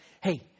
hey